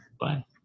Bye